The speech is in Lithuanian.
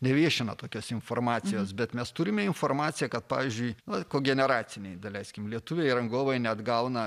neviešina tokios informacijos bet mes turime informaciją kad pavyzdžiui nu kogeneracinėj daleiskim lietuviai rangovai neatgauna